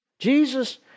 Jesus